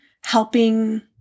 helping